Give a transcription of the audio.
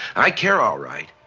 i care, all right.